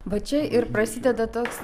va čia ir prasideda toks